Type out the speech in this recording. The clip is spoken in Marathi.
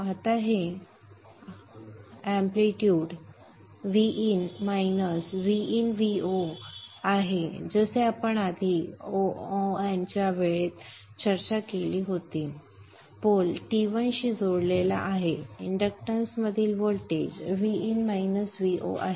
आता हे एम्पलीट्यूड Vin उणे Vin Vo आहे जसे आपण आधी ON वेळेत चर्चा केली होती संदर्भ वेळ 2646 पोल T1 शी जोडलेला आहे इंडक्टन्स मधील व्होल्टेज Vin Vo आहे